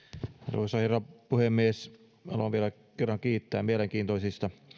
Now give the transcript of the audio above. arvoisa herra puhemies haluan vielä kerran kiittää mielenkiintoisista